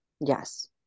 Yes